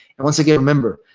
and once again, remember,